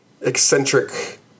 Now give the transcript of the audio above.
eccentric